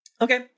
Okay